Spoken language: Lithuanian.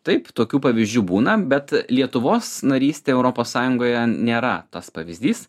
taip tokių pavyzdžių būna bet lietuvos narystė europos sąjungoje nėra tas pavyzdys